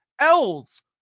Elves